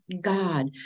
God